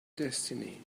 destiny